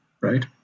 right